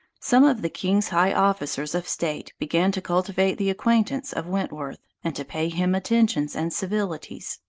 some of the king's high officers of state began to cultivate the acquaintance of wentworth, and to pay him attentions and civilities.